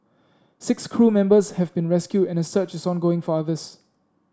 six crew members have been rescued and a search is ongoing for others